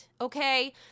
okay